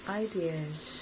ideas